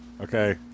Okay